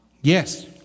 Yes